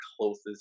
closest